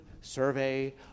survey